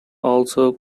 also